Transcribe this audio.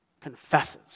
confesses